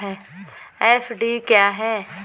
FD क्या है?